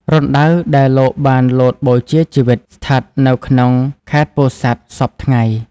រណ្ដៅដែលលោកបានលោតបូជាជីវិត ស្ថិតនៅក្នុងខេត្តពោធិ៍សាត់សព្វថ្ងៃ។